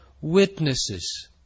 witnesses